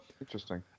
interesting